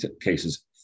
cases